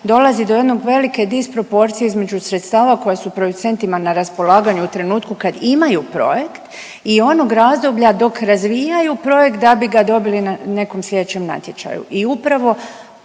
dolazi do jedne velike disproporcije između sredstava koja su producentima na raspolaganju u trenutku kad imaju projekt i onog razdoblja dok razvijaju projekt da bi ga dobili na nekom sljedećem natječaju.